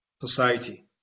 society